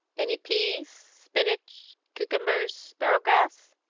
any peas, spinnage, cucumbers, sparrowgrass?